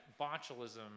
botulism